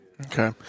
Okay